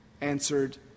answered